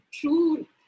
true